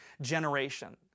generation